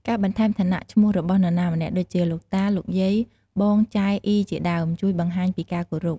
ការបន្ថែមឋានៈឈ្មោះរបស់នរណាម្នាក់ដូចជា លោកតា លោកយាយ បង ចែ អុី ជាដើម ជួយបង្ហាញពីការគោរព។